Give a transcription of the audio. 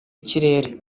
y’ikirere